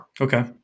Okay